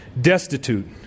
Destitute